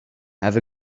have